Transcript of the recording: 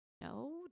No